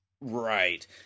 Right